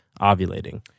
ovulating